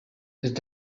it’s